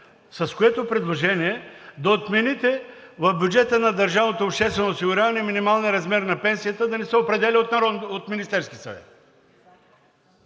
с което да отмените в бюджета на държавното обществено осигуряване минималния размер на пенсията да не се определя от Министерския съвет.